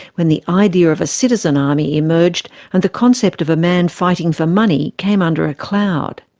when the idea of a citizen army emerged and the concept of a man fighting for money came under a cloud.